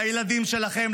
לילדים שלכם,